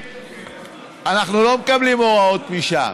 אנחנו לא מקבלים הוראות משם.